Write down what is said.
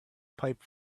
pipe